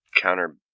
counter